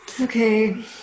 Okay